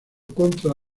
contra